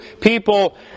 people